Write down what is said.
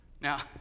Now